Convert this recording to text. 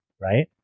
right